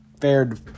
fared